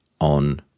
on